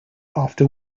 after